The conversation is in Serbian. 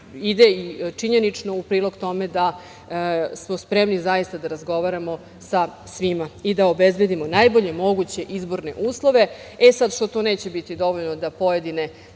ide činjenično u prilog tome da smo spremni zaista da razgovaramo sa svima i da obezbedimo najbolje moguće izborne uslove. Sad, što to neće biti dovoljno da pojedine